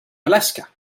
alaska